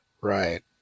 Right